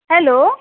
hello